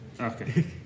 Okay